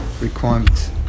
requirements